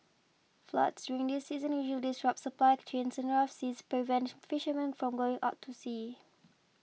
floods during this season usually disrupt supply chains and rough seas prevent fishermen from going out to sea